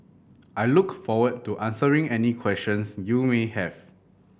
I look forward to answering any questions you may have